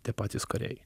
tie patys kariai